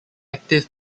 active